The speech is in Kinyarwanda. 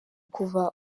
kuva